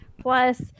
Plus